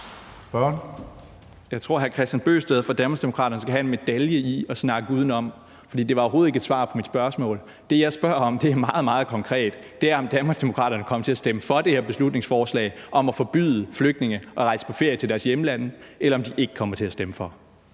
Jeg tror, at hr. Kristian Bøgsted fra Danmarksdemokraterne skal have en medalje for at snakke udenom, for det var overhovedet ikke et svar på mit spørgsmål. Det, jeg spørger om, er meget, meget konkret. Det er, om Danmarksdemokraterne kommer til at stemme for det her beslutningsforslag om at forbyde flygtninge at rejse på ferie til deres hjemland, eller om de ikke kommer til at stemme for.